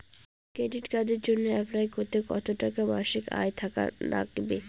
Credit কার্ডের জইন্যে apply করিতে কতো টাকা মাসিক আয় থাকা নাগবে?